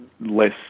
less